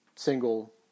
Single